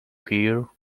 here